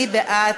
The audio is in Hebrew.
מי בעד?